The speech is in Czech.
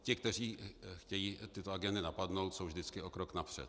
Ti, kteří chtějí tyto agendy napadnout, jsou vždycky o krok napřed.